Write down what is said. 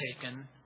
taken